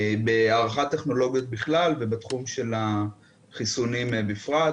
בהערכת טכנולוגיות בכלל, ובתחום של החיסונים בפרט.